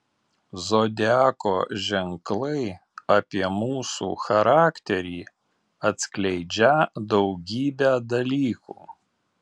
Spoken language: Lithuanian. zodiako ženklai apie mūsų charakterį atskleidžią daugybę dalykų